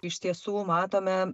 iš tiesų matome